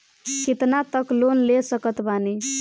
कितना तक लोन ले सकत बानी?